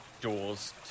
doors